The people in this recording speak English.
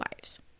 lives